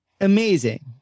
amazing